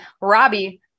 Robbie